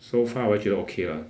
so far 我会觉得 okay lah